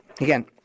Again